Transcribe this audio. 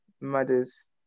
mothers